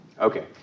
Okay